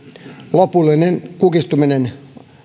lopullinen kukistuminen